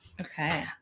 Okay